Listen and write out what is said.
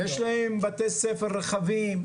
יש להם בתי ספר רחבים.